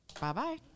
Bye-bye